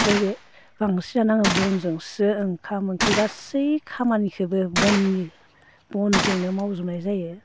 ओमफ्राय बे बांसिन आङो बनजोंसो ओंखाम ओंख्रि गासैखौ खामानिखोबो बननि बनजोंनो मावजोबनाय जायो